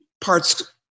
parts